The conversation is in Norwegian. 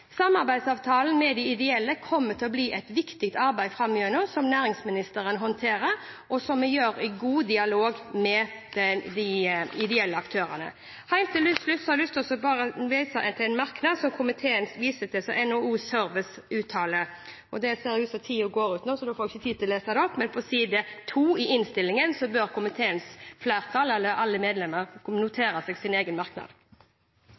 Samarbeidsavtalen med de ideelle kommer til å bli et viktig arbeid framover – som næringsministeren håndterer – og som vi gjør i god dialog med de ideelle aktørene. Helt til slutt har jeg bare lyst til å lese en uttalelse fra NHO Service som komiteen viser til i merknadene. Det ser ut til at tiden går ut nå, så da får jeg ikke tid til å lese det opp, men på side to i innstillingen bør komiteens flertall, eller alle medlemmer, notere seg sin egen merknad.